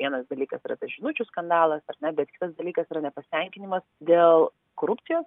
vienas dalykas yra tas žinučių skandalas ar ne bet kitas dalykas yra nepasitenkinimas dėl korupcijos